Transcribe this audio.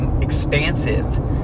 expansive